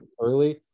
early